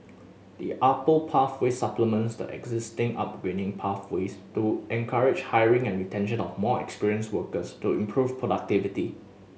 the pathway supplements the existing upgrading pathways to encourage hiring and retention of more experienced workers to improve productivity